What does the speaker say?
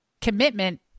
Commitment